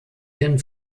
den